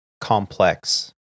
complex